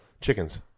Chickens